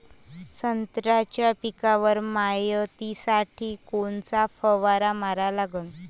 संत्र्याच्या पिकावर मायतीसाठी कोनचा फवारा मारा लागन?